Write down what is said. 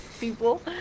people